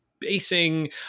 basing